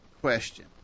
question